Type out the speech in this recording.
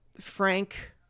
Frank